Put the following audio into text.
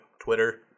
Twitter